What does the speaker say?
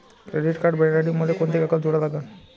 Credit card भेटासाठी मले कोंते कागद जोडा लागन?